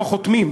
לא חותמים,